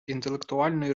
інтелектуальної